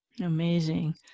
Amazing